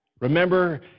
Remember